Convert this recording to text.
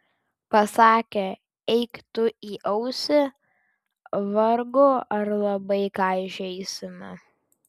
pasakę eik tu į ausį vargu ar labai ką įžeisime